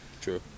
True